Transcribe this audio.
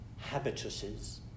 habituses